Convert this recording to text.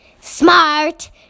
smart